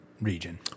region